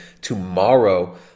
tomorrow